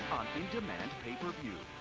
indemand pay-per-view.